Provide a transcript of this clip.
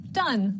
done